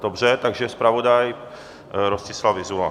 Dobře, takže zpravodaj Rostislav Vyzula.